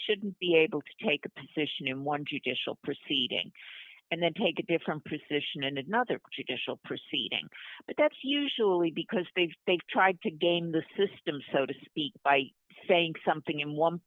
shouldn't be able to take a position in one judicial proceeding and then take a different position in another traditional proceeding but that's usually because they've tried to game the system so to speak by saying something in one